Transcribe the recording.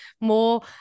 more